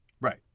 Right